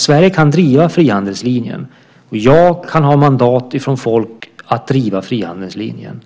Sverige kan driva frihandelslinjen, och jag kan ha mandat från folk att driva frihandelslinjen